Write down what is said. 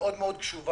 מאוד מאוד קשובה.